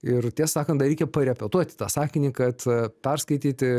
ir tiesą sakant dar reikia parepetuoti tą sakinį kad perskaityti